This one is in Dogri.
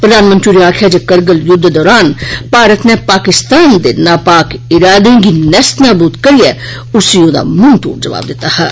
प्रधानमंत्री होरें आक्खेआ जे करगिल युद्ध दौरान भारत नै पाकिस्तान दे नापाक इरादें गी नेस्तनाबूत करियै उसी ओदा मुंह तोड़ जवाब दित्ता हा